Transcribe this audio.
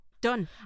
Done